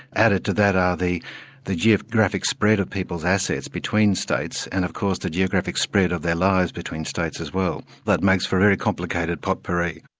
added to that are the the geographic spread of people's assets between states and of course the geographic spread of their lives between states as well. that makes for a very complicated pot-pourri.